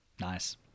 nice